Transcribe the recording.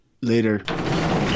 Later